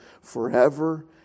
forever